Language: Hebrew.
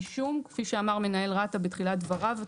משום כפי שאמר מנהל רת"א בתחילת דבריו,